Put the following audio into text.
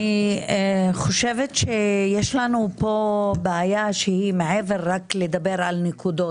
אני חושבת שיש לנו פה בעיה שהיא מעבר רק לדבר על נקודות.